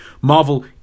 Marvel